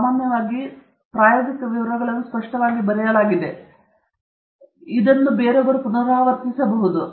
ಸಾಮಾನ್ಯವಾಗಿ ಪ್ರಾಯೋಗಿಕ ವಿವರಗಳನ್ನು ಸ್ಪಷ್ಟವಾಗಿ ಬರೆಯಲಾಗಿದೆ ಎಂದು ಬೇರೊಬ್ಬರು ಇದನ್ನು ಪುನರಾವರ್ತಿಸಬಹುದು